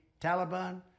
Taliban